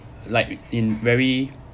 like in very